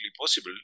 possible